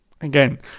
again